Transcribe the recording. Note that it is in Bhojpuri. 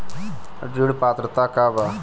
ऋण पात्रता का बा?